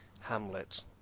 hamlet